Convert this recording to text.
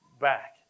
Back